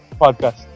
podcast